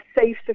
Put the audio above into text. safe